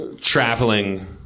traveling